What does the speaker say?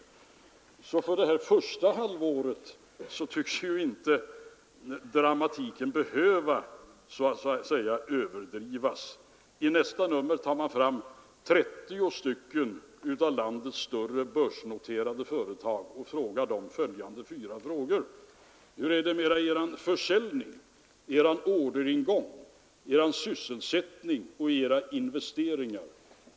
30 januari 1974 För det här första halvåret tycks man alltså inte behöva överdriva SSA dramatiken och farhågorna. I nästa nummer frågar tidningen trettio av landets större börsnoterade företag: Hur är det med er försäljning, er orderingång, er sysselsättning och era investeringar?